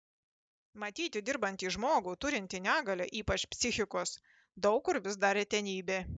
matyti dirbantį žmogų turintį negalią ypač psichikos daug kur vis dar retenybė